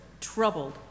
troubled